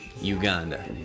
Uganda